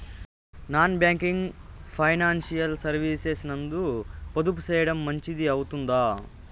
Non banking financial services నందు పొదుపు సేయడం మంచిది అవుతుందా?